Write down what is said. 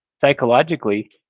psychologically